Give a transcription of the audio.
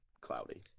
cloudy